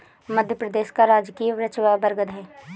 मध्य प्रदेश का राजकीय वृक्ष बरगद है